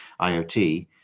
IoT